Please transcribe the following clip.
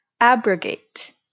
abrogate